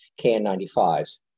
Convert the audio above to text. KN95s